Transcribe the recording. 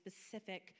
specific